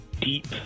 deep